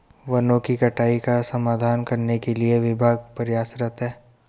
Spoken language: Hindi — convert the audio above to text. वनों की कटाई का समाधान करने के लिए विभाग प्रयासरत है